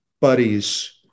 buddies